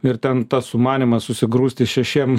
ir ten tas sumanymas susigrūsti šešiem